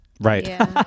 Right